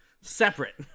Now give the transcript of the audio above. separate